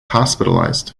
hospitalized